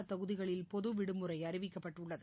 அத்தொகுதிகளில் பொதுவிடுமுறைஅறிவிக்கப்பட்டுள்ளது